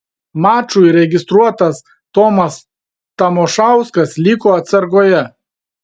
mačui registruotas tomas tamošauskas liko atsargoje